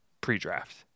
pre-draft